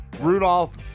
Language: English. Rudolph